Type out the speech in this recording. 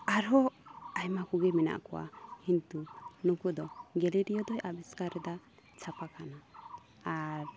ᱟᱨᱦᱚᱸ ᱟᱭᱢᱟ ᱠᱚᱜᱮ ᱢᱮᱱᱟᱜ ᱠᱚᱣᱟ ᱠᱤᱱᱛᱩ ᱱᱩᱠᱩ ᱫᱚ ᱜᱮᱞᱤᱞᱤᱭᱳ ᱫᱚᱭ ᱟᱵᱤᱥᱡᱠᱟᱨᱫᱟ ᱪᱷᱟᱯᱟᱠᱷᱟᱱᱟ ᱟᱨ